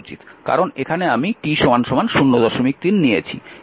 কারণ এখানে আমি t 03 নিয়েছি